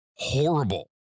horrible